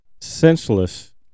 senseless